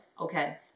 Okay